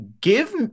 give